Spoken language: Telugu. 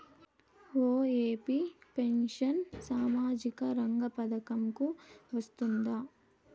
ఒ.ఎ.పి పెన్షన్ సామాజిక రంగ పథకం కు వస్తుందా?